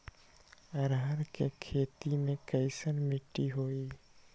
अरहर के खेती मे कैसन मिट्टी होइ?